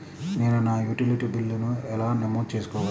నేను నా యుటిలిటీ బిల్లులను ఎలా నమోదు చేసుకోగలను?